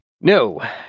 No